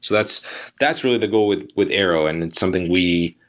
that's that's really the goal with with arrow and it's something we